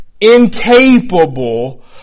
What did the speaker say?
incapable